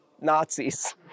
Nazis